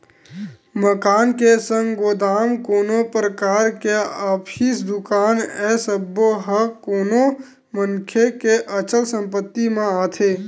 मकान के संग गोदाम, कोनो परकार के ऑफिस, दुकान ए सब्बो ह कोनो मनखे के अचल संपत्ति म आथे